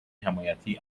حمایتی